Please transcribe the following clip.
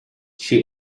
she